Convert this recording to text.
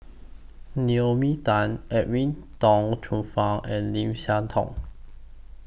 Naomi Tan Edwin Tong Chun Fai and Lim Siah Tong